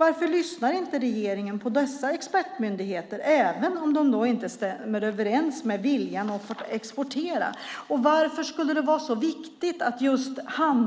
Varför lyssnar inte regeringen på dessa expertmyndigheter även om det inte stämmer överens med viljan att få exportera? Varför